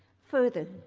further,